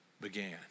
began